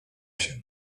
się